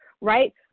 right